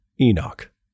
Enoch